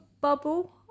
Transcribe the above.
bubble